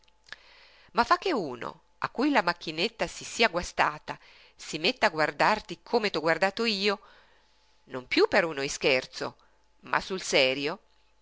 ma fa che uno a cui la macchinetta si sia guastata si metta a guardarti come t'ho guardato io non piú per uno scherzo ma sul serio